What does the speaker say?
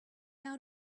out